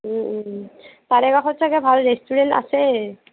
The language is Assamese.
তাৰে কাষত চাগৈ ভাল ৰেষ্টুৰেণ্ট আছে